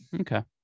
Okay